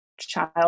child